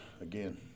again